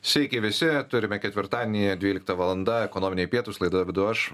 sveiki visi turime ketvirtadienį dvylikta valanda ekonominiai pietūs laidą vedu aš